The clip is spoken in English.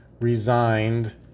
resigned